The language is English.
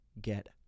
get